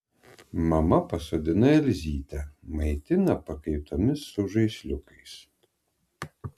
mama pasodina elzytę maitina pakaitomis su žaisliukais